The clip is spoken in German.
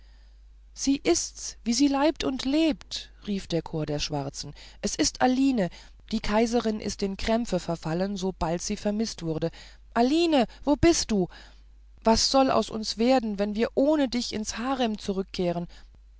sie ist's wie sie leibt und lebt rief der chor der schwarzen es ist aline die kaiserin ist in krämpfe verfallen sobald sie vermißt wurde aline wo bist du was soll aus uns werden wenn wir ohne dich ins harem zurückkehren